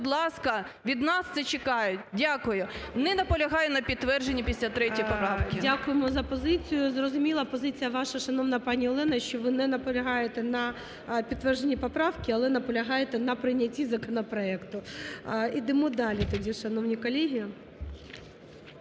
будь ласка! Від нас це чекають. Дякую. Не наполягає на підтвердженні 53 поправки. ГОЛОВУЮЧИЙ. Дякуємо за позицію. Зрозуміла позиція ваша, шановна пані Олена, що ви не наполягаєте на підтвердженні поправки, але наполягаєте на прийнятті законопроекту. Ідемо далі тоді, шановні колеги.